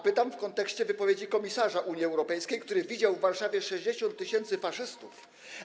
Pytam w kontekście wypowiedzi komisarza Unii Europejskiej, który widział w Warszawie 60 tys. faszystów.